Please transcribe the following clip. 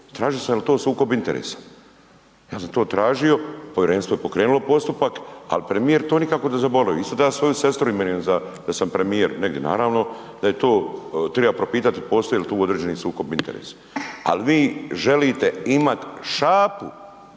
Tražio sam je li to sukob interesa, ja sam to tražio, povjerenstvo je pokrenulo postupak ali premijer to nikako da zaboravi. Isto da ja svoju sestru imenujem za da sam premijer, naravno da je to, treba propitati postoji li tu određeni sukob interesa. Ali vi želite imati šapu